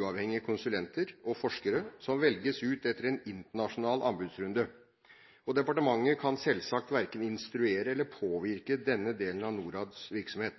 uavhengige konsulenter og forskere som velges ut etter en internasjonal anbudsrunde. Departementet kan selvsagt verken instruere eller påvirke denne delen av NORADs virksomhet.